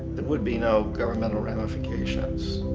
there would be no governmental ramifications.